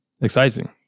exciting